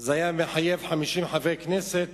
זה היה מחייב 50 חברי כנסת